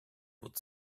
would